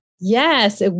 Yes